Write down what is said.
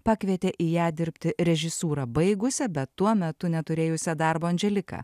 pakvietė į ją dirbti režisūrą baigusią bet tuo metu neturėjusią darbo andželiką